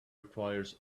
requires